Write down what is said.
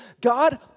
God